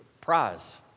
prize